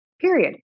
period